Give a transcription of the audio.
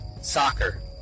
soccer